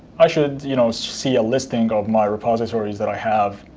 i should you know see a listing of my repositories that i have.